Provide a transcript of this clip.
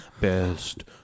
Best